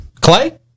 Clay